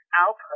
Output